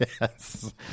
Yes